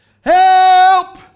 help